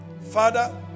Father